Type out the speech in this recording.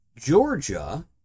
Georgia